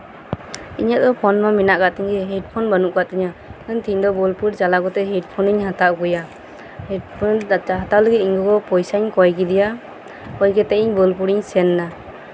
ᱤᱧᱟᱹᱜ ᱫᱚ ᱯᱷᱳᱱ ᱫᱚ ᱢᱮᱱᱟᱜ ᱟᱠᱟᱫ ᱛᱤᱧ ᱜᱮᱭᱟ ᱦᱮᱰ ᱯᱷᱳᱱ ᱵᱟᱹᱱᱩᱜ ᱟᱠᱟᱫ ᱛᱤᱧᱟ ᱛᱮᱦᱤᱧ ᱫᱚ ᱵᱳᱞᱯᱩᱨ ᱪᱟᱞᱟᱣ ᱠᱟᱛᱮᱫ ᱦᱮᱰ ᱯᱷᱳᱱ ᱤᱧ ᱦᱟᱛᱟᱣ ᱟᱜᱩᱭᱟ ᱦᱮᱰ ᱯᱷᱳᱱ ᱦᱟᱛᱟᱣ ᱞᱟᱹᱜᱤᱫ ᱤᱧ ᱜᱚᱜᱚ ᱯᱚᱭᱥᱟᱧ ᱠᱚᱭ ᱟᱠᱮᱫᱮᱭᱟ ᱠᱚᱭ ᱠᱟᱛᱮᱫ ᱤᱧ ᱵᱳᱞᱯᱩᱨ ᱤᱧ ᱥᱮᱱ ᱮᱱᱟ